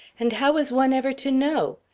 and how was one ever to know?